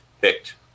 picked